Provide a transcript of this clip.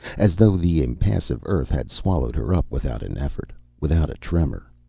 as though the impassive earth had swallowed her up without an effort, without a tremor.